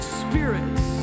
spirits